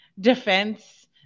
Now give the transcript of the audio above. defense